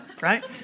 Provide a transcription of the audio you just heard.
right